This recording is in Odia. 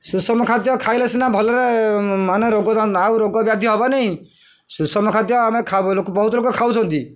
ସୁଷମ ଖାଦ୍ୟ ଖାଇଲେ ସିନା ଭଲରେ ମାନେ ରୋଗ ଆଉ ରୋଗ ବ୍ୟାଧି ହବ ନାହିଁ ସୁଷମ ଖାଦ୍ୟ ଆମେ ବହୁତ ଲୋକ ଖାଉଛନ୍ତି